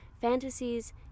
Fantasies